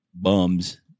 bums